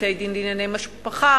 בבתי-דין לענייני משפחה,